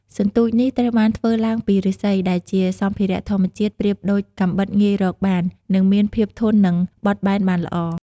សន្ទូចនេះ ត្រូវបានធ្វើឡើងពីឬស្សី ដែលជាសម្ភារៈធម្មជាតិប្រៀបដូចកាំបិតងាយរកបាន និងមានភាពធន់និងបត់បែនបានល្អ។